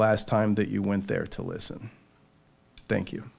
last time that you went there to listen thank you